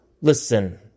Listen